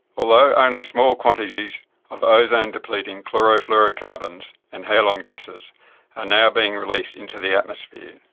although only small quantities of ozone-depleting chlorofluorocarbons and halon gases are now being released into the atmosphere,